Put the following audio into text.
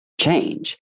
change